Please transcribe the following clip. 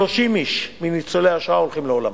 30 איש מניצולי השואה הולכים לעולמם.